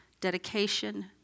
dedication